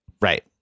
Right